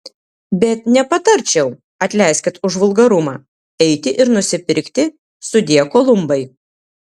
bet nepatarčiau atleiskit už vulgarumą eiti ir nusipirkti sudie kolumbai